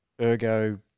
ergo